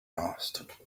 asked